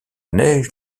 neige